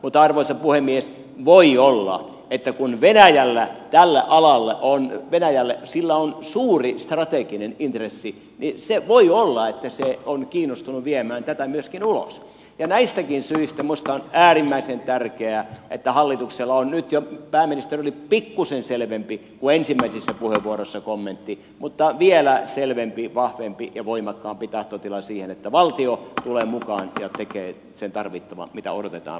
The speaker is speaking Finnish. mutta arvoisa puhemies voi olla että kun venäjälle tällä alalla on suuri strateginen intressi niin se voi olla että se on kiinnostunut viemään tätä myöskin ulos ja näistäkin syistä minusta on äärimmäisen tärkeää että hallituksella on nyt jo pääministerillä oli pikkuisen selvempi kommentti kuin ensimmäisissä puheenvuoroissa vielä selvempi vahvempi ja voimakkaampi tahtotila siihen että valtio tulee mukaan ja tekee sen tarvittavan mitä odotetaan valtiolta